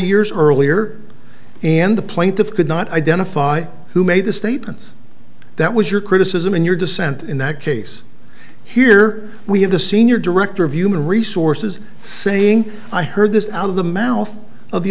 years earlier and the plaintiff could not identify who made the statements that was your criticism and your dissent in that case here we have the senior director of human resources saying i heard this out of the mouth of the